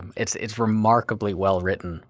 it's it's remarkably well written